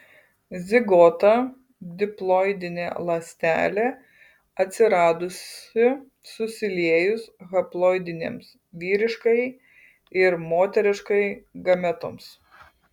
zigota diploidinė ląstelė atsiradusi susiliejus haploidinėms vyriškajai ir moteriškajai gametoms